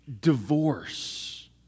divorce